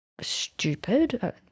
stupid